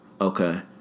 okay